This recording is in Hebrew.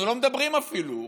אנחנו לא מדברים אפילו,